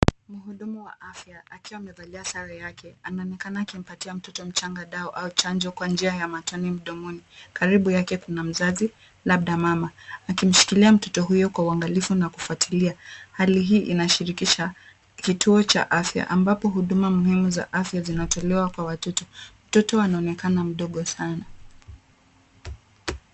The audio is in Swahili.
Mhudumu wa afya akiwa amevalia sare yake anaonekana akimpatia mtoto mchanga dawa au chanjo kwa njia ya matone mdomoni. Karibu yake kuna mzazi, labda mama akimshikilia mtoto huyo kwa uangalifu na kufuatilia. Hali hii inashirikisha kituo cha afya ambapo huduma muhimu za afya zinatolewa kwa watoto. Mtoto anaonekana mdogo sana.